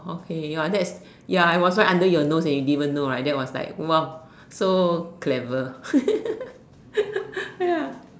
okay !wah! that's ya it was right under your nose and you didn't even know right that was like !wow! so clever ya